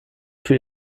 für